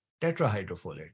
tetrahydrofolate